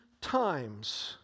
times